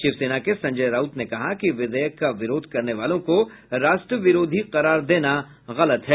शिवसेना के संजय राउत ने कहा कि विधेयक का विरोध करने वालों को राष्ट्रविरोधी करार देना गलत है